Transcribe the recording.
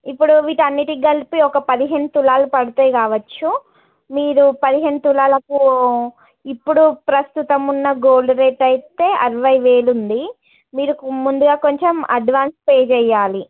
ఇప్పుడు వీటన్నిటికీ కలిపి ఒక పదిహేను తులాలు పడతాయి కావచ్చు మీరు పదిహేను తులాలకు ఇప్పుడు ప్రస్తుతం ఉన్న గోల్డ్ రేట్ అయితే అరవై వేలుంది మీరు ముందుగా కొంచెం అడ్వాన్స్ పే చెయ్యాలి